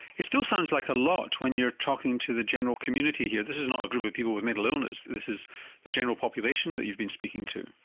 it still sounds like a lot when you're talking to the general community here. this is not a group of people with mental illness this is the general population that you've been speaking to.